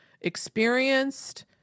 experienced